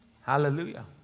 Hallelujah